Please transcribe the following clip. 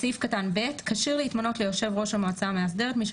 (ב)"כשיר להתמנות ליושב-ראש המועצה המאסדרת מי